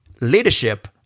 leadership